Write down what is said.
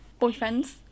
boyfriends